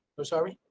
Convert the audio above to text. i'm sorry.